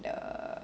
the err